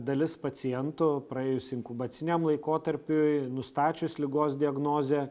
dalis pacientų praėjus inkubaciniam laikotarpiui nustačius ligos diagnozę